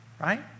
Right